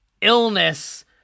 illness